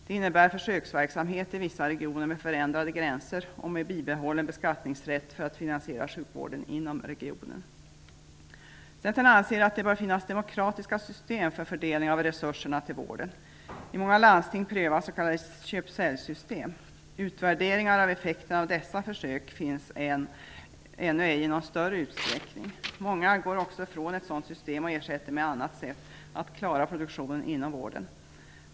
Det innebär försöksverksamhet i vissa regioner, med förändrade gränser och med bibehållen beskattningsrätt för att finansiera sjukvården inom regionen. Centern anser att det bör finnas demokratiska system för fördelning av resurserna till vården. I många landsting prövas s.k. köp--sälj-system. Utvärderingar av effekterna av dessa försök finns ännu ej i någon större utsträckning. Många går också ifrån ett sådant system och ersätter det med ett annat sätt att klara produktionen inom vården.